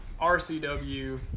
RCW